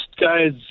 guys